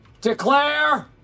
declare